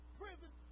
prison